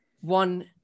one